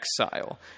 exile